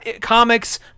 comics